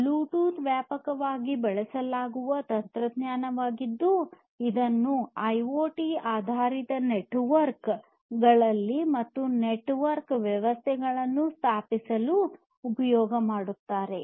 Bluetooth ವ್ಯಾಪಕವಾಗಿ ಬಳಸಲಾಗುವ ತಂತ್ರಜ್ಞಾನವಾಗಿದ್ದು ಇದನ್ನು ಐಒಟಿ ಆಧಾರಿತ ನೆಟ್ವರ್ಕ್ಗಳಲ್ಲಿ ಮತ್ತು ನೆಟ್ವರ್ಕ್ ವ್ಯವಸ್ಥೆಗಳನ್ನು ಸ್ಥಾಪಿಸಲು ಉಪಯೋಗ ಮಾಡುತ್ತಾರೆ